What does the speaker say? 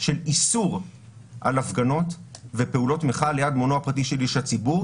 זה נכון אל מול בתים של נציגי ציבור,